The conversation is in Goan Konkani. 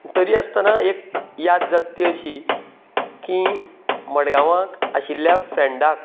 तरी आसतना एक याद जात ती अशी की मडगावांक आशिल्ल्या फ्रेंडाक